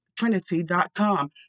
trinity.com